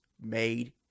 made